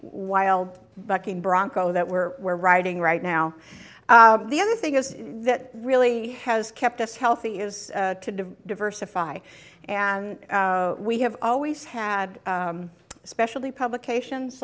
while bucking bronco that we're we're writing right now the other thing is that really has kept us healthy is to diversify and we have always had especially publications